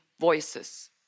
voices